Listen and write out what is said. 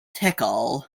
tickle